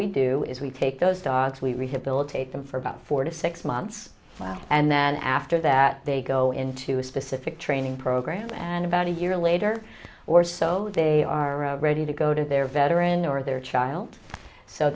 we do is we take those dogs we rehabilitate them for about four to six months and then after that they go into a specific training program and about a year later or so they are ready to go to their veteran or their child so